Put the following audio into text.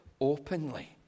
openly